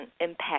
impact